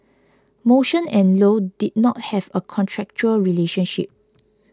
motion and low did not have a contractual relationship